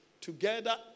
together